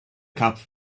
cup